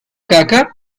caca